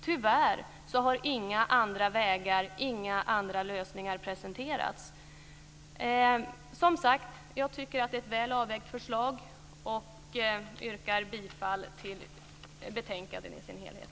Tyvärr har inga andra lösningar presenterats. Jag tycker som sagt att det är ett väl avvägt förslag och yrkar bifall till utskottets hemställan i dess helhet.